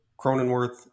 Cronenworth